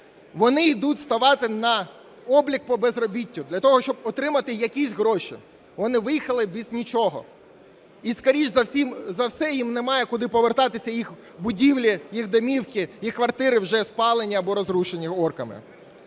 Вони ідуть ставати на облік по безробіттю для того, щоб отримати якісь гроші. Вони виїхали без нічого. І скоріше за все їм немає куди повертатися, їх будівлі, їх домівки, їх квартири вже спалені або розрушені орками.